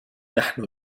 نحن